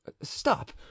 stop